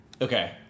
Okay